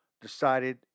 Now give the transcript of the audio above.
decided